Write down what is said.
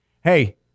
hey